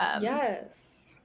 Yes